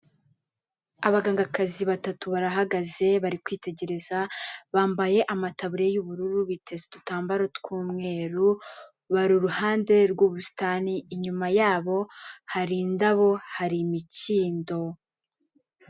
Abagangakazi batatu barahagaze bari kwitegereza, bambaye amataburiya y'ubururu, biteze udutambaro tw'umweru, bari uruhande rw'ubusitani, inyuma yabo hari indabo, hari imikindo.